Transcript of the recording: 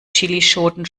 chillischoten